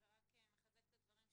זה רק מחזק את הדברים שלי,